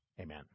Amen